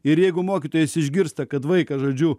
ir jeigu mokytojas išgirsta kad vaikas žodžiu